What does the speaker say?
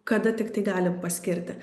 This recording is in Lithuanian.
kada tiktai gali paskirti